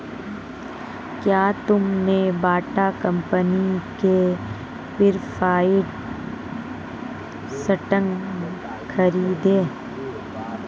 क्या तुमने Bata company के प्रिफर्ड स्टॉक खरीदे?